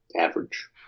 Average